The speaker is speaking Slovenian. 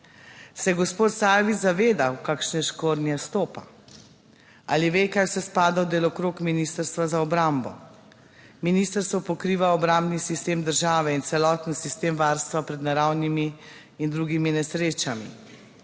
Se je gospod Sajovic zavedal v kakšne škornje vstopa, ali ve, kaj vse spada v delokrog Ministrstva za obrambo? Ministrstvo pokriva obrambni sistem države in celoten sistem varstva pred naravnimi in drugimi nesrečami.